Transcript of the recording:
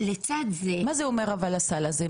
לצד זה --- מה זה אומר אבל הסל הזה?